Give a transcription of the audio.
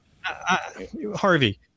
Harvey